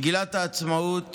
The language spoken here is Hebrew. מגילת העצמאות